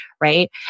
right